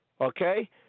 Okay